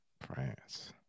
France